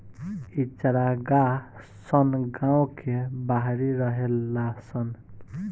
इ चारागाह सन गांव के बाहरी रहेला सन